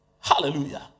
Hallelujah